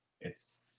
It's-